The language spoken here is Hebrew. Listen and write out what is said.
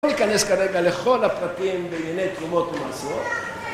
בואו ניכנס כרגע לכל הפרטים בעיניני תרומות ומעשויות